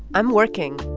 i'm working